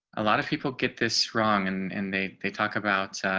a lot of people get this wrong and and they they talk about